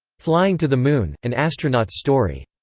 flying to the moon an astronaut's story.